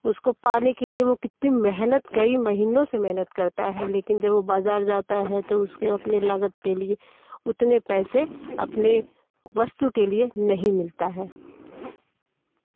उसको पाने के लिए वह कितनी मेहनत कई महीनों से मेहनत करता है लेकिन जब वह बाज़ार जाता है तो उसके अपने लागत के लिए उतने पैसे अपने वस्तु के लिए नहीं मिलता है